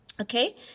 Okay